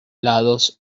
lados